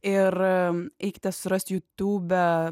ir eikite susirast jutūbe